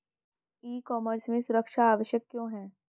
ई commerce में सुरक्षा आवश्यक क्यों है?